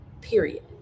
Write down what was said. period